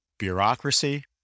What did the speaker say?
bureaucracy